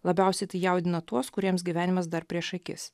labiausiai tai jaudina tuos kuriems gyvenimas dar prieš akis